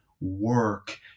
work